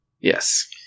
Yes